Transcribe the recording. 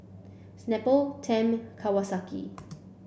Snapple Tempt Kawasaki